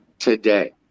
today